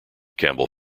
campbell